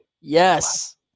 Yes